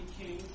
King